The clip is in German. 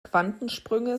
quantensprünge